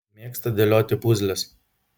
mėgsta dėlioti puzles